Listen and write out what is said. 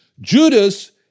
Judas